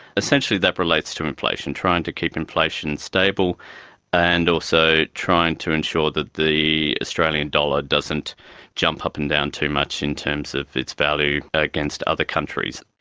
essentially that relates to inflation, trying to keep inflation stable and also trying to ensure that the australian dollar doesn't jump up and down too much in terms of its value against other countries.